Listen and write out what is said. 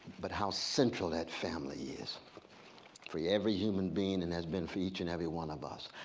but how central that family is for yeah every human being and has been for each and every one of us,